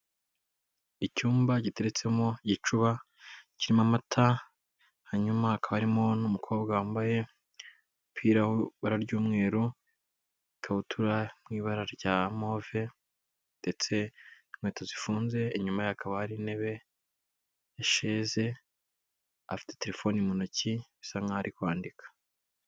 Icyumba giteretsemo igicuba kirimo amata, hanyuma hakaba harimo n'umukobwa wambaye umupira w'ibara ry'umweru, ikabutura mu ibara rya move, ndetse n'inkweto zifunze inyumaye hakaba hari intebe yasheze afite telefoni mu ntoki bisa nkaho ari kwandika.